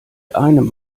einem